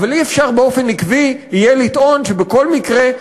אבל לא יהיה אפשר באופן עקבי לטעון שבכל מקרה,